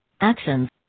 Actions